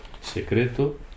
secreto